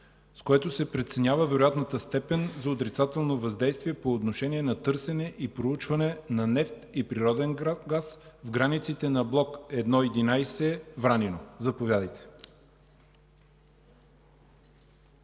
с което се преценява вероятната степен за отрицателно въздействие по отношение на търсене и проучване на нефт и природен газ в границите на Блок „1 11 Вранино”. Заповядайте!